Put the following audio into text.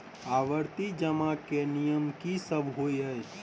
आवर्ती जमा केँ नियम की सब होइ है?